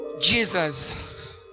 Jesus